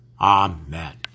amen